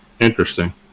Interesting